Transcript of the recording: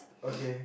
okay